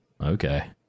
Okay